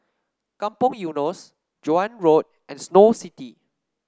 Kampong Eunos Joan Road and Snow City